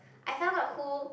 I found out who